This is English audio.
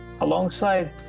alongside